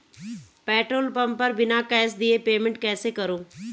Petrol pump पर बिना cash दिए पेमेंट कैसे करूँ?